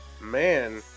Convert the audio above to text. Man